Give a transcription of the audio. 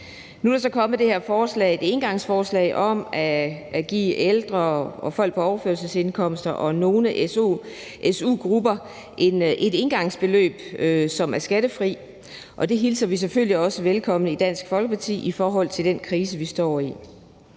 Nu er der så kommet det her engangsforslag om at give ældre og folk på overførselsindkomster og nogle su-grupper et engangsbeløb, som er skattefrit. Det hilser vi selvfølgelig også velkommen i Dansk Folkeparti i forhold til den krise, vi står i.